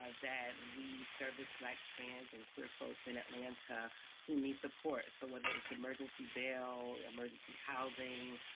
ah that we service black trans and queer folks in atlanta who need support. so whether it's emergency bail, emergency housing,